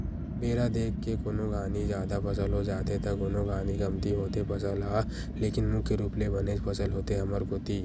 बेरा देख के कोनो घानी जादा फसल हो जाथे त कोनो घानी कमती होथे फसल ह लेकिन मुख्य रुप ले बनेच फसल होथे हमर कोती